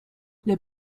les